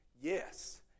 Yes